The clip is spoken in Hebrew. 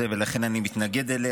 ולכן אני מתנגד לה.